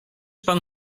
pan